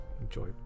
Enjoy